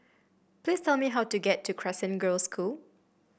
please tell me how to get to Crescent Girls' School